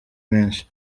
menshi